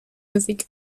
musik